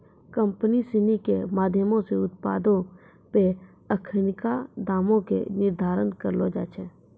company सिनी के माधयमो से उत्पादो पे अखिनका दामो के निर्धारण करलो जाय छै